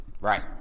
Right